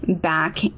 back